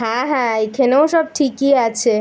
হ্যাঁ হ্যাঁ এইখেনেও সব ঠিকই আছে